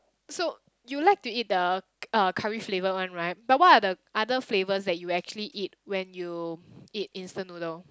so you like to eat the uh curry flavoured one right but what are the other flavours that you actually eat when you eat instant noodle